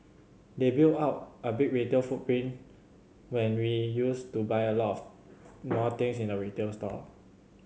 they built out a big retail footprint when we used to buy a more things in the retail store